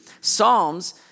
Psalms